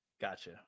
Gotcha